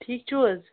ٹھیٖک چھُو حظ